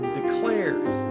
declares